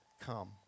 come